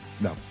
No